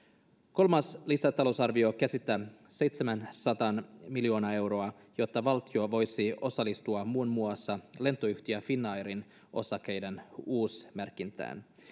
kolmas lisätalousarvio käsittää seitsemänsataa miljoonaa euroa jotta valtio voisi osallistua muun muassa lentoyhtiö finnairin osakkeiden uusmerkintään